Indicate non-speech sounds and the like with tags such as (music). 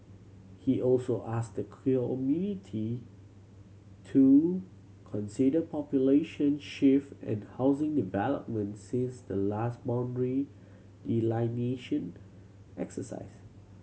he also asked the (unintelligible) to consider population shift and housing developments since the last boundary delineation exercise